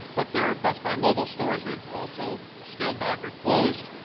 but their best buy mobile stores, theyive also scaled back or closed.